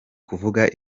kuvuga